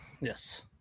Yes